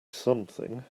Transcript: something